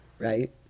right